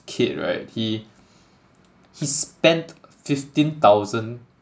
kid right he he spent fifteen thousand